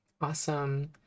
Awesome